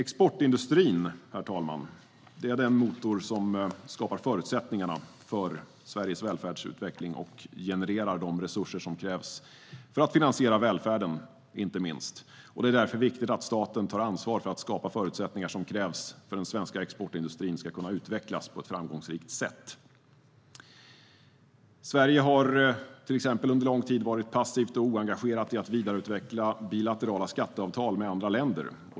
Exportindustrin är den motor som skapar förutsättningar för Sveriges välfärdsutveckling och genererar de resurser som krävs för att finansiera inte minst välfärden. Det är därför viktigt att staten tar ansvar för att skapa de förutsättningar som krävs för att den svenska exportindustrin ska kunna utvecklas på ett framgångsrikt sätt. Sverige har under lång tid varit passivt och oengagerat i att vidareutveckla bilaterala skatteavtal med andra länder.